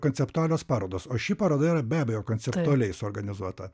konceptualios parodos o ši paroda yra be abejo kenceptualiai suorganizuota